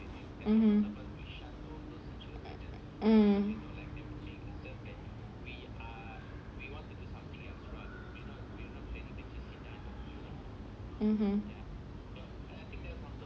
mmhmm hmm mmhmm